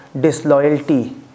disloyalty